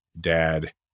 dad